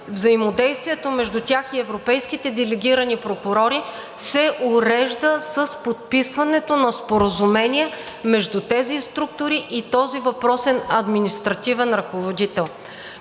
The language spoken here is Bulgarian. взаимодействието между тях и европейските делегирани прокурори се урежда с подписването на споразумение между тези структури и този въпрос е – административен ръководител.